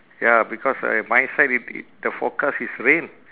ya because I my side i~ it the forecast is rain